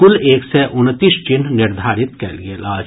कुल एक सय उनतीस चिन्ह निर्धारित कयल गेल अछि